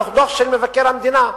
דוח של מבקר המדינה.